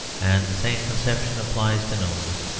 and the same conception applies to noses.